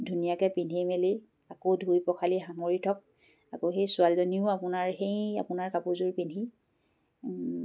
ধুনীয়াকৈ পিন্ধি মেলি আকৌ ধুই পখালি সামৰি থওক আকৌ সেই ছোৱালীজনীও আপোনাৰ সেই আপোনাৰ কাপোৰযোৰ পিন্ধি